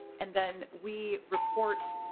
and then we report.